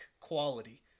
quality